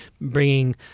bringing